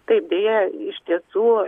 taip deja iš tiesų